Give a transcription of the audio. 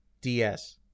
DS